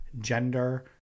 gender